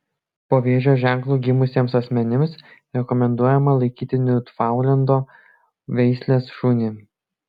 po vėžio ženklu gimusiems asmenims rekomenduojama laikyti niufaundlendo veislės šunį